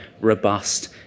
robust